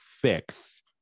fix